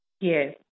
Yes